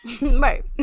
right